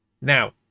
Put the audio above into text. Now